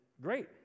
great